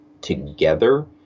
together